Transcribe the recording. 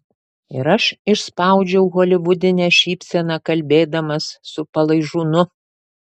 ir aš išspaudžiau holivudinę šypseną kalbėdamas su palaižūnu